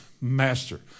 master